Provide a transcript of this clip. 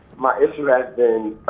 my issue has been